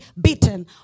beaten